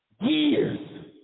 years